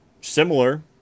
Similar